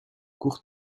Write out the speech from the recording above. cours